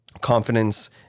confidence